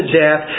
death